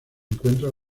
encuentran